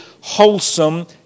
wholesome